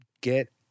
Get